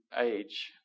age